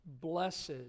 blessed